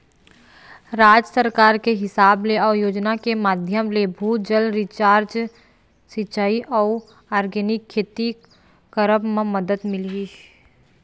राज सरकार के हिसाब ले अउ योजना के माधियम ले, भू जल रिचार्ज, सिंचाई अउ आर्गेनिक खेती करब म मदद मिलही